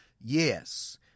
Yes